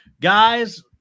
Guys